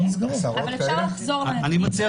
אבל אפשר לחזור לבית הדין עצמו --- אני מציע